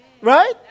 Right